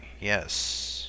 yes